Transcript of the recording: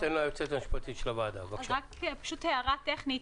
הערה טכנית,